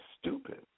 stupid